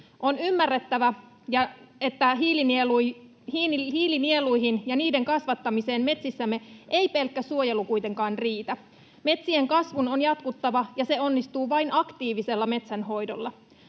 On ymmärrettävä, että hiilinieluihin ja niiden kasvattamiseen metsissämme ei pelkkä suojelu kuitenkaan riitä. Metsien kasvun on jatkuttava, ja se onnistuu vain aktiivisella metsänhoidolla.